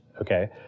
okay